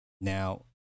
Now